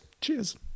cheers